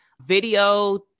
Video